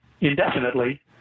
indefinitely